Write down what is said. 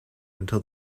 until